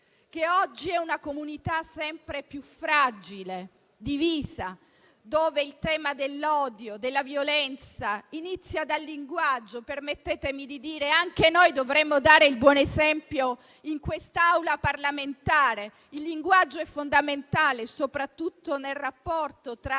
Oggi è una comunità sempre più fragile, divisa, dove il tema dell'odio e della violenza inizia dal linguaggio. Permettetemi di dire che anche noi dovremmo dare il buon esempio in quest'Aula parlamentare. Il linguaggio è fondamentale, soprattutto nel rapporto tra